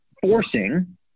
forcing